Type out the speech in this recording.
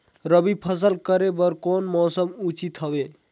रबी फसल करे बर कोन मौसम उचित हवे?